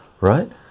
right